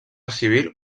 civil